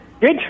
good